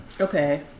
Okay